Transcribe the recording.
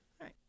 Right